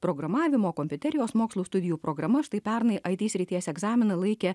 programavimo kompiuterijos mokslų studijų programas štai pernai it srities egzaminą laikė